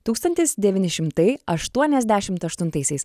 tūkstantis devyni šimtai aštuoniasdešimt aštuntaisiais